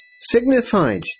signified